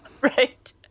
Right